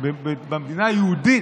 במדינה היהודית,